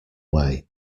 way